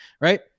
right